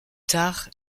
tard